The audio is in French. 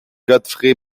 godfrey